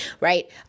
right